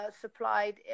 supplied